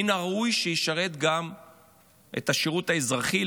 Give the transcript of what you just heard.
מן הראוי שישרת בשירות האזרחי,